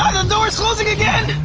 um the door is closing again!